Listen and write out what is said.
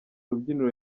rubyiniro